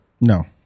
No